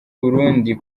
burundi